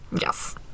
yes